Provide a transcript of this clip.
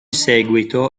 seguito